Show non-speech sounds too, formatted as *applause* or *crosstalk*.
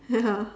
ya *laughs*